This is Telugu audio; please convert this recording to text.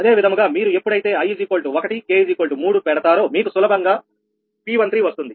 అదే విధముగా మీరు ఎప్పుడైతే i 1 k 3 పెడతారో మీకు సులభంగా P13 వస్తుంది